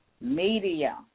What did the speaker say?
media